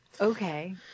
okay